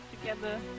together